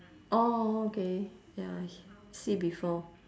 orh okay ya h~ see before